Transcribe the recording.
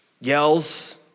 yells